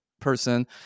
person